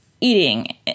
eating